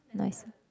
nicer